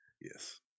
Yes